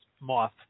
moth